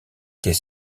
qu’est